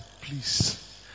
please